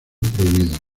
prohibido